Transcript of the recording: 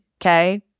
Okay